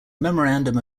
memorandum